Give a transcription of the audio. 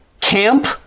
Camp